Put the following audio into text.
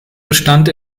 bestand